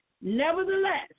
nevertheless